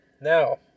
Now